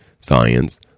science